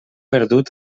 perdut